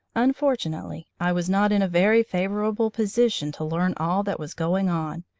unfortunately i was not in a very favourable position to learn all that was going on,